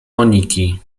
moniki